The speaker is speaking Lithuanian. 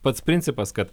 pats principas kad